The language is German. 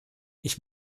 ich